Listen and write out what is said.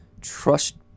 trust